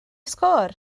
sgôr